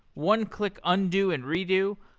one click undo and redo,